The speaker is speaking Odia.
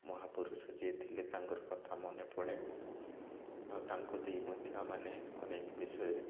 ମହାପୁରୁଷ ଯିଏ ଥିଲେ ତାଙ୍କର କଥା ମନେ ପଡ଼େ ଆଉ ତାଙ୍କୁ ଦେଇ ମଧ୍ୟ ମାନେ ଅନେକ ବିଷୟ